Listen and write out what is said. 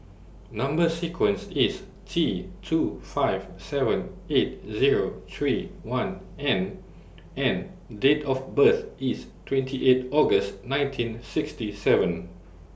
Number sequence IS T two five seven eight Zero three one N and Date of birth IS twenty eight August nineteen sixty seven